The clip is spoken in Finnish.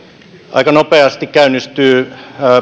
aika nopeasti käynnistyy